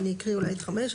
אני אקריא אולי את 5,